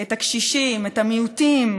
את הקשישים, את המיעוטים,